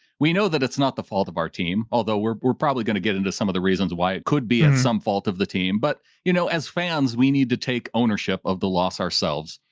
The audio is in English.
we know that it's not the fault of our team, although we're we're probably going to get into some of the reasons why it could be at some fault of the team, but, you know as fans, we need to take ownership of the loss ourselves.